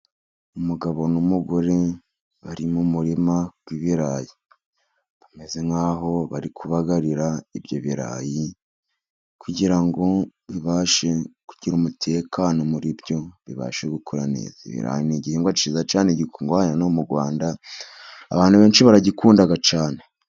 Umugabo n'umugore bari mu murima w'ibirayi, bameze nk'aho bari kubagarira ibyo birayi kugira ngo bibashe kugira umutekano muri byo bibashe gukura neza, ibi ni igihingwa cyiza cyane gikungahaye no mu Rwanda abantu benshi baragikunda cyane.